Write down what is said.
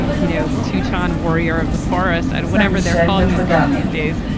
you know, teuton warrior of the forest and whatever they're calling themselves these days,